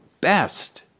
best